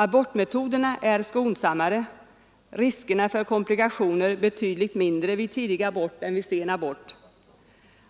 Abortmetoderna är skonsammare och riskerna för komplikationer betydligt mindre vid tidig abort än vid sen abort.